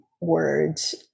words